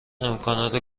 امکانات